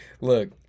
Look